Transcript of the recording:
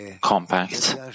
compact